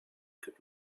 could